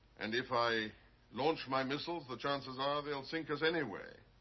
and if i launch my missiles the chances are they'll sink us anyway.